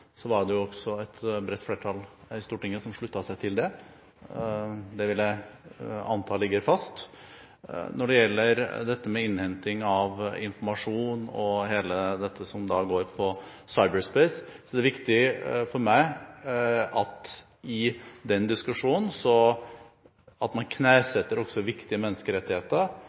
var jo et bredt flertall i Stortinget som sluttet seg til det, og det vil jeg anta ligger fast. Når det gjelder dette med innhenting av informasjon og det som går på cyberspace, er det viktig for meg at man i den diskusjonen også knesetter viktige menneskerettigheter og viktige